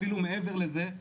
אפילו מעבר לזה,